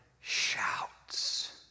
shouts